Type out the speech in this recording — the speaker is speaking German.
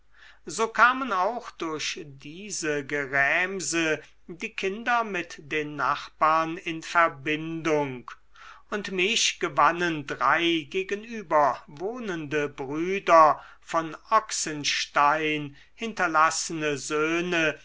so kamen auch durch diese gerämse die kinder mit den nachbarn in verbindung und mich gewannen drei gegenüber wohnende brüder von ochsenstein hinterlassene söhne